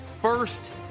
first